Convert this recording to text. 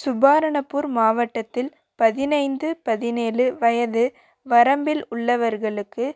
சுபர்ணப்பூர் மாவட்டத்தில் பதினைந்து பதினேழு வயது வரம்பில் உள்ளவர்களுக்கு